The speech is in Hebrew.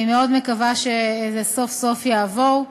אני מאוד מקווה שזה סוף-סוף יעבור.